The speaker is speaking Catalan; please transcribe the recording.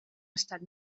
estat